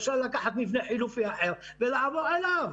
אפשר לקחת מבנה חלופי אחר ולעבור אליו.